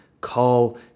call